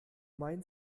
mein